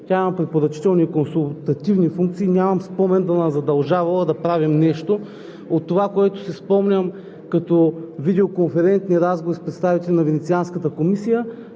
Тя има препоръчителни и консултативни функции. Нямам спомен да ни е задължавала да правим нещо. От това, което си спомням като видеоконферентни разговори с представители на Венецианската комисия